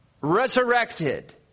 Resurrected